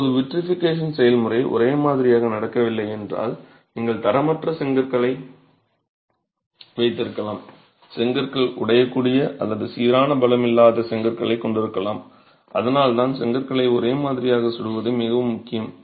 இப்போது விட்ரிஃபிகேஷன் செயல்முறை ஒரே மாதிரியாக நடக்கவில்லை என்றால் நீங்கள் தரமற்ற செங்கற்களை வைத்திருக்கலாம் செங்கற்கள் உடையக்கூடிய அல்லது சீரான பலம் இல்லாத செங்கற்களைக் கொண்டிருக்கலாம் அதனால்தான் செங்கற்களை ஒரே மாதிரியாக சுடுவது மிகவும் முக்கியம்